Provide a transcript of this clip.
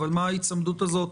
מה ההיצמדות הזאת